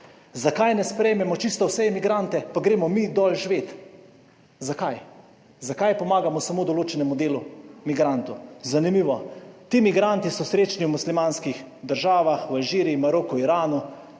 zakaj ne sprejmemo čisto vse migrante, pa gremo mi dol živeti. Zakaj? Zakaj pomagamo samo določenemu delu migrantov? Zanimivo. Ti migranti so srečni v muslimanskih državah, v Alžiriji, Maroku, Iranu,